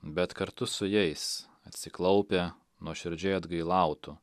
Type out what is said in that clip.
bet kartu su jais atsiklaupę nuoširdžiai atgailautų